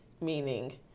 Meaning